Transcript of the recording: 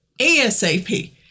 ASAP